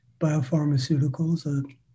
Biopharmaceuticals